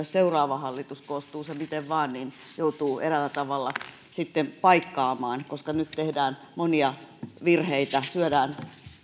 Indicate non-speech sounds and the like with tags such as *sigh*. *unintelligible* seuraava hallitus koostuu se miten vain joutuu eräällä tavalla sitten paikkaamaan koska nyt tehdään monia virheitä syödään